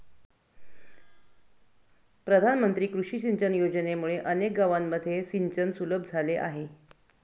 प्रधानमंत्री कृषी सिंचन योजनेमुळे अनेक गावांमध्ये सिंचन सुलभ झाले आहे